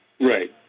right